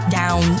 down